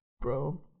bro